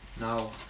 Now